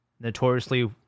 notoriously